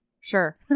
Sure